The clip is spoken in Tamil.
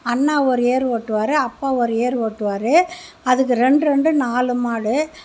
அண்ணா ஒரு ஏர் ஒட்டுவார் அப்பா ஒரு ஏர் ஓட்டுவார் அதுக்கு ரெண்டு ரெண்டு நாலு மாடு